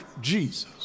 Jesus